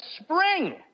spring